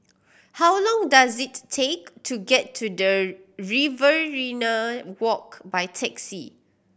how long does it take to get to the Riverina Walk by taxi